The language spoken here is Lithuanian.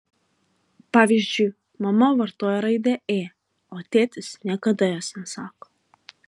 pavyzdžiui mama vartoja raidę ė o tėtis niekada jos nesako